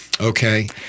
Okay